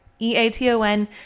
E-A-T-O-N